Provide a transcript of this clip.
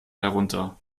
herunter